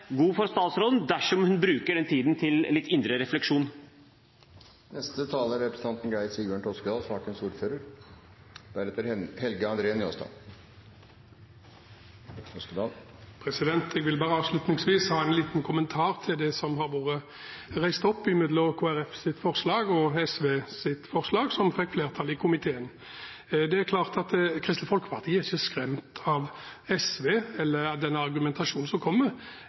god for statsråden dersom hun bruker den tiden til litt indre refleksjon. Jeg vil bare avslutningsvis ha en liten kommentar til det som har vært tatt opp når det gjelder forskjellen mellom Kristelig Folkepartis forslag og SVs forslag, som fikk flertall i komiteen. Det er klart at Kristelig Folkeparti er ikke skremt av SV eller av den argumentasjonen som kommer,